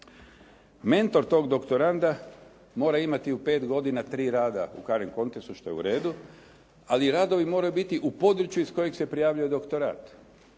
Mentor tog doktoranda mora imati u 5 godina tri rada u … /Govornik se ne razumije./ …, što je u redu, ali radovi moraju biti u području iz kojeg se prijavljuje doktorat,